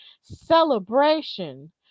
celebration